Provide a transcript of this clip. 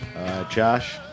Josh